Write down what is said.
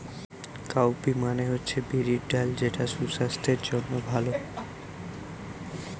cowpea মানে হচ্ছে বিরির ডাল যেটা সুসাস্থের জন্যে ভালো